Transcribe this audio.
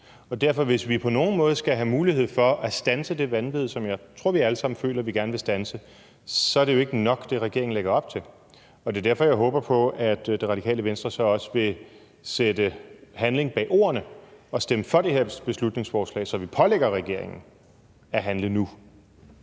Så hvis vi på nogen måde skal have mulighed for at standse det vanvid, som jeg tror at vi alle sammen føler vi gerne vil standse, er det, regeringen lægger op til, jo ikke nok. Det er derfor, jeg håber på, at Det Radikale Venstre så også vil sætte handling bag ordene og stemme for det her beslutningsforslag, så vi pålægger regeringen at handle nu.